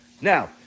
Now